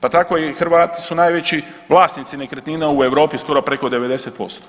Pa tako i Hrvati su najveći vlasnici nekretnina u Europi, skoro preko 90%